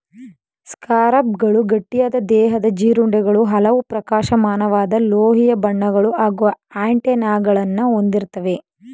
ಸ್ಕಾರಬ್ಗಳು ಗಟ್ಟಿಯಾದ ದೇಹದ ಜೀರುಂಡೆಗಳು ಹಲವು ಪ್ರಕಾಶಮಾನವಾದ ಲೋಹೀಯ ಬಣ್ಣಗಳು ಹಾಗೂ ಆಂಟೆನಾಗಳನ್ನ ಹೊಂದಿರ್ತವೆ